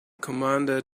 commander